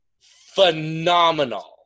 phenomenal